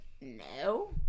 no